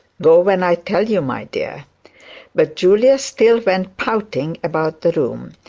go when i tell you, my dear but julia still went pouting about the room.